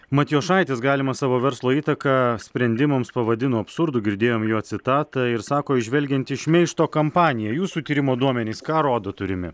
matjošaitis galimą savo verslo įtaką sprendimams pavadino absurdu girdėjom jo citatą ir sako įžvelgiantį šmeižto kampaniją jūsų tyrimo duomenys ką rodo turimi